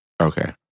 Okay